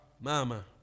Mama